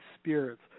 spirits